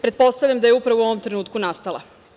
Pretpostavljam da je upravo u ovom trenutku nastala.